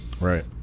Right